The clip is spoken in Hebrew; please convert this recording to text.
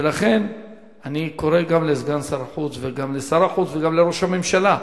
ולכן אני קורא גם לסגן שר החוץ וגם לשר החוץ וגם לראש הממשלה,